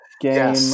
game